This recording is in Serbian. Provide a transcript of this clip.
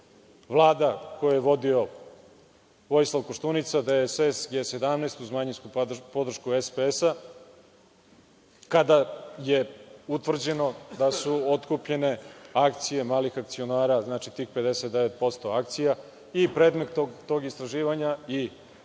Vlada koju je vodio Vojislav Koštunica, DSS, G-17, uz manjinsku podršku SPS, kada je utvrđeno da su otkupljene akcije malih akcionara, znači, tih 59% akcija i predmet tog istraživanja i optužbi